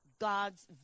God's